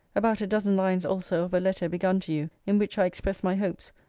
about a dozen lines also of a letter begun to you, in which i express my hopes,